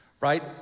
right